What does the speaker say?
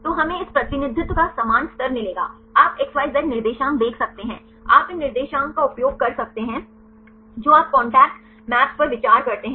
तो हमें इस प्रतिनिधित्व का समान स्तर मिलेगा आप XYZ निर्देशांक देख सकते हैं आप इन निर्देशांक का उपयोग कर सकते हैं जो आप कांटेक्ट मैप्स पर विचार करते हैं